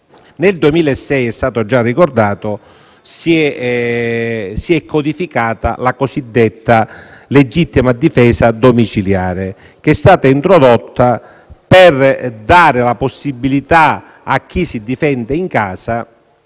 Nel 2006, come è stato già ricordato, si è codificata la cosiddetta legittima difesa domiciliare, introdotta per dare la possibilità a chi si difende in casa